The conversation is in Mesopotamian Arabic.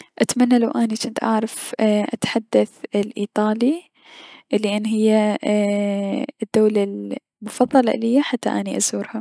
اتمنى انو اني جنت اعرف اتحدث الأيطالي لأن هي الدولة المفظلة اليا حتى انب ازورها.